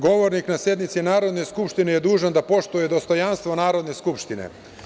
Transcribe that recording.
Govornik na sednici Narodne skupštine je dužan da poštuje dostojanstvo Narodne skupštine.